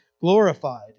glorified